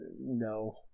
no